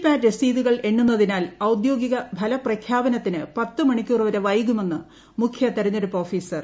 പാറ്റ് രസീതുകൾ എണ്ണുന്നതിനാൽ ഔദ്യോഗികഫലിഷ്ഖ്യാപനത്തിന് പത്തുമണിക്കൂർ വരെ വൈകുമെന്ന് മുഖ്യ് തിരഞ്ഞെടുപ്പ് ഓഫീസർ